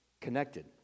connected